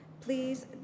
Please